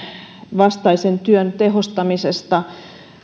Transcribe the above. vastaisen työn tehostamisesta